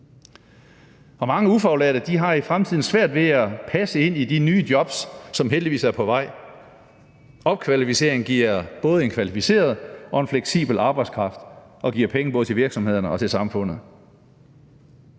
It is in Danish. Mange ufaglærte har i fremtiden svært ved at passe ind i de nye jobs, som heldigvis er på vej. Opkvalificering giver både en kvalificeret og en fleksibel arbejdskraft og giver penge både til virksomhederne og til samfundet.